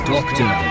Doctor